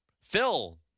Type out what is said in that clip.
Phil